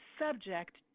subject